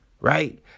right